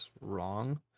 wrong